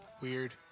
Weird